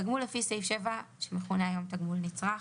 התגמול לפי סעיף 7, שמכונה היום תגמול נצרך.